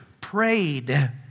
prayed